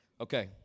okay